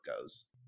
goes